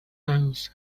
else